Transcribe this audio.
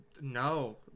No